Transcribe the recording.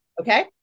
Okay